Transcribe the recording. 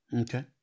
Okay